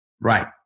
Right